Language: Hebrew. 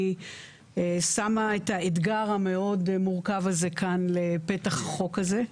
שמה את האתגר המאוד מורכב הזה כאן לפתח החוק הזה.